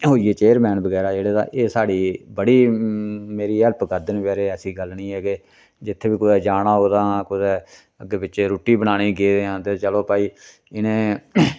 होई गे चेयरमैन बगैरा जेह्ड़े तां एह् साढ़ी बड़ी मेरी हैल्प करदे न बचेरे ऐसी गल्ल नी ऐ के जित्थै बी कुतै जाना होग तां कुतै अग्गै पिच्छै रुट्टी बनाने गेदे आं तां चलो भई इनें